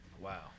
Wow